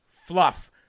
fluff